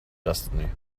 destiny